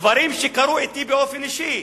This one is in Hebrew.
דברים שקרו לי באופן אישי.